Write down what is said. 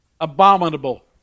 abominable